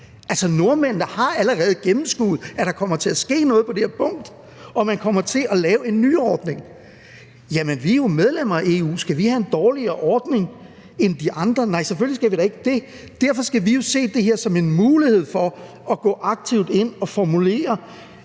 nordmændene har allerede gennemskuet, at der kommer til at ske noget på det her punkt, og at man kommer til at lave en nyordning. Jamen vi er jo medlem af EU, og skal vi så have en dårligere ordning end de andre? Nej, selvfølgelig skal vi da ikke det. Derfor skal vi jo se det her som en mulighed for at gå aktivt ind og formulere